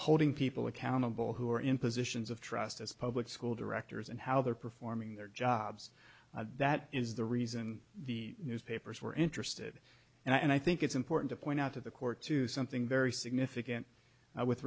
holding people accountable who are in positions of trust as public school directors and how they're performing their jobs that is the reason the newspapers were interested and i think it's important to point out to the court to something very significant with